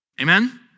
Amen